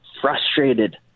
frustrated